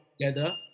together